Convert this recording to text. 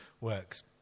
works